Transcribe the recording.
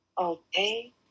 Okay